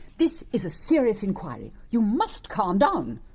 this is a serious enquiry! you must calm down!